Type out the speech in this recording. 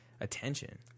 attention